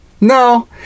No